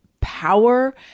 power